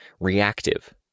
Reactive